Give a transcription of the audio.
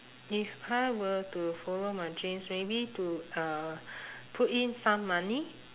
if I were to follow my dreams maybe to uh put in some money